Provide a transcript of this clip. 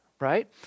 right